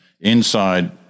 inside